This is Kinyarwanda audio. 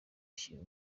ashyira